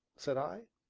said i.